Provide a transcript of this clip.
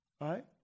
Right